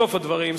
בסוף הדברים,